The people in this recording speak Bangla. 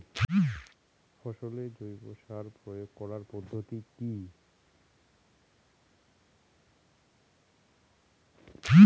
ফসলে জৈব সার প্রয়োগ করার পদ্ধতি কি?